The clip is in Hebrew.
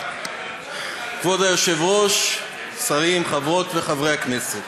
כבוד היושב-ראש, שרים, חברות וחברי הכנסת,